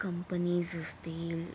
companies असतील